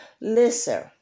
Listen